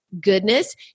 goodness